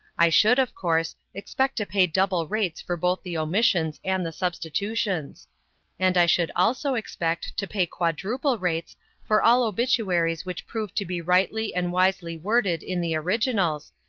i should, of course, expect to pay double rates for both the omissions and the substitutions and i should also expect to pay quadruple rates for all obituaries which proved to be rightly and wisely worded in the originals,